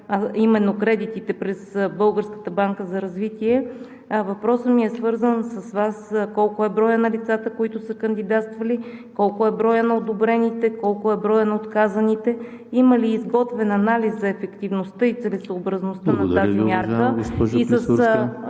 именно кредитите през Българската банка за развитие, въпросът ми е свързан с Вас: колко е броят на лицата, които са кандидатствали, колко е броят на одобрените, колко е броят на отказите? Има ли изготвен анализ за ефективността и целесъобразността на тази мярка...